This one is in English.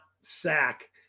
sack